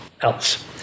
else